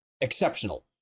exceptional